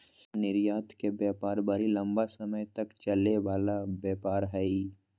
निर्यात के व्यापार बड़ी लम्बा समय तक चलय वला व्यापार हइ